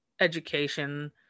education